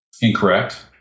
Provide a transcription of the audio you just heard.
incorrect